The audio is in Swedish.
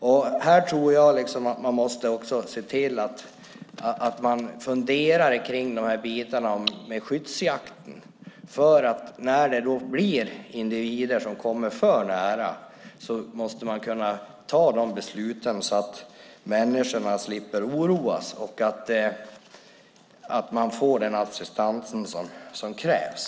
Jag tror att man måste fundera kring skyddsjakt, för när individer kommer för nära måste man kunna ta dessa beslut så att människor slipper oroas. På så sätt kan man få den acceptans som krävs.